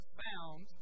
found